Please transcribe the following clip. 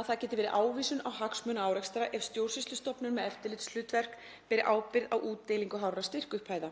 að það geti verið ávísun á hagsmunaárekstra ef stjórnsýslustofnun með eftirlitshlutverk beri ábyrgð á útdeilingu hárra styrkupphæða.